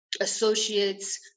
associates